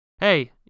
hey